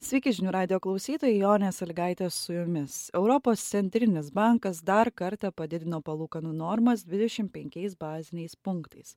sveiki žinių radijo klausytojai jonė salygaitė su jumis europos centrinis bankas dar kartą padidino palūkanų normas dvidešim penkiais baziniais punktais